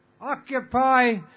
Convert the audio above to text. occupy